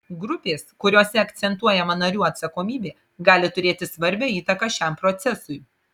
grupės kuriose akcentuojama narių atsakomybė gali turėti svarbią įtaką šiam procesui